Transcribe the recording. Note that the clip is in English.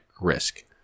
risk